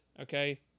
Okay